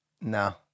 No